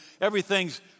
everything's